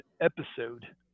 episode